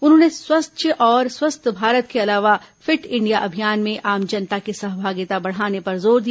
उन्होंने स्वच्छ और स्वस्थ भारत के अलावा फिट इंडिया अभियान में आम जनता की सहभागिता बढ़ाने पर जोर दिया